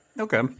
Okay